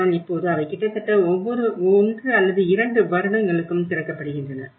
ஆனால் இப்போது அவை கிட்டத்தட்ட ஒவ்வொரு 1 அல்லது 2 வருடங்களுக்கும் திறக்கப்படுகின்றன